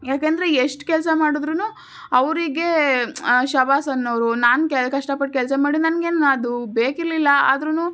ಏಕೆಂದ್ರೆ ಎಷ್ಟು ಕೆಲಸ ಮಾಡುದ್ರು ಅವರಿಗೆ ಶಬ್ಬಾಸ್ ಅನ್ನೋವ್ರು ನಾನು ಕೆಲ್ ಕಷ್ಟಪಟ್ಟು ಕೆಲಸ ಮಾಡಿರೆ ನನ್ಗೇನೂ ಅದು ಬೇಕಿರಲಿಲ್ಲ ಆದ್ರು